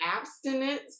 abstinence